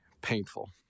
painful